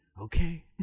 okay